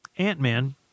Ant-Man